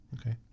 Okay